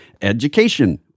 Education